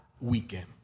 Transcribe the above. Weekend